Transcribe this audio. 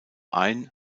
ein